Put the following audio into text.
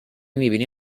میبینی